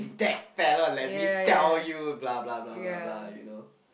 that fella let me tell you blah blah blah blah blah you know